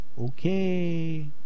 okay